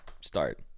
start